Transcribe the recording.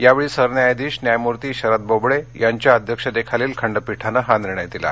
यावेळी सरन्यायाधीश न्यायमूर्ती शरद बोबडे यांच्या अध्यक्षतेखालील खंडपीठानं हा निर्णय दिला